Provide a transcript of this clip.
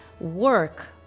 work